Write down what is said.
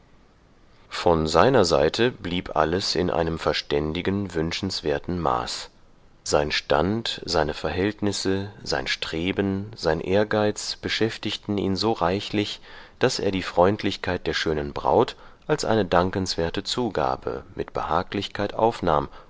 von seiner seite blieb alles in einem verständigen wünschenswerten maß sein stand seine verhältnisse sein streben sein ehrgeiz beschäftigten ihn so reichlich daß er die freundlichkeit der schönen braut als eine dankenswerte zugabe mit behaglichkeit aufnahm